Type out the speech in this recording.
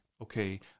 Okay